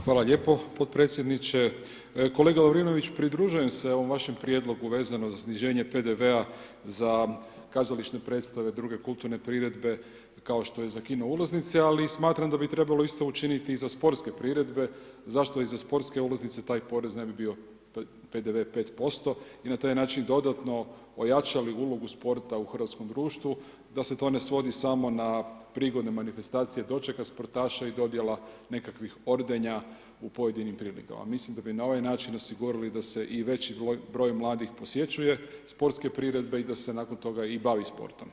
Hvala lijepo podpredsjedniče, kolega Lovrinović pridružujem se ovom vašem prijedlogu vezano za sniženje PDV-a za kazališne predstave, druge kulturne priredbe kao što je za kino ulaznice, ali i smatram da bi isto trebalo učiniti i za sportske priredbe, zašto i za sportske ulaznice taj porez ne bi bio PDV 5% i na taj način dodatno ojačali ulogu sporta u hrvatskom društvu da se to ne svodi samo na prigodne manifestacije dočeka sportaša i dodjela nekakvih ordenja u pojedinim prilikama, mislim da bi na ovaj način osigurali da se i veći broj mladih posjećuje sportske priredbe i da se nakon toga i bavi sportom.